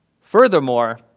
Furthermore